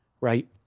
Right